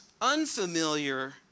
unfamiliar